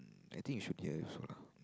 I think you should hear it also lah